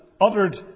uttered